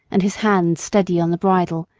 and his hand steady on the bridle,